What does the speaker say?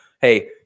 hey